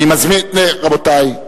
אני מזמין, רבותי.